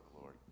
Lord